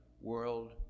world